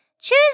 Choose